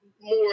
more